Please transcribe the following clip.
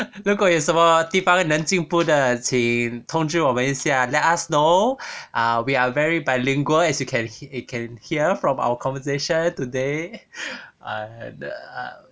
如果有什么地方能进步的请通知我们一下 let us know err we are very bilingual as you can he~ can hear from our conversation today err